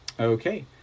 Okay